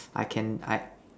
I can I